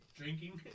drinking